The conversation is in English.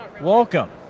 welcome